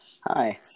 Hi